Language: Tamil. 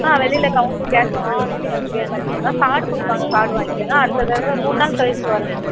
ஆ வெளியில் கவுண்டர் கேஷ் கவுண்ட்டர் இருக்கும் நீங்கள் அங்கே பே பண்ணிக்கோங்க கார்டு கொடுப்பாங்க கார்டு வாங்கிக்கோங்க அடுத்த தடவை மூணு நாள் கழித்து வரணும்